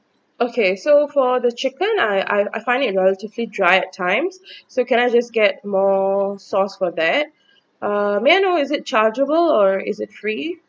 okay so for the chicken I I find it a little bit dry at times so can I just get more sauce for hat uh may I know is it chargeable or is free